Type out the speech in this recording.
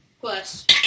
plus